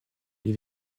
les